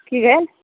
की गे